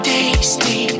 Tasty